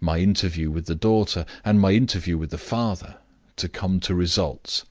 my interview with the daughter, and my interview with the father to come to results.